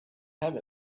have